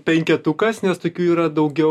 penketukas nes tokių yra daugiau